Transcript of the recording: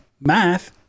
math